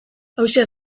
hauxe